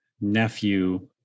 nephew